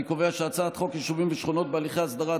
אני קובע שהצעת חוק יישובים ושכונות בהליכי הסדרה,